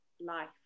life